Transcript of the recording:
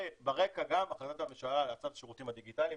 וברקע גם הכרזת הממשלה להאצת השירותים הדיגיטליים,